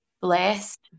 blessed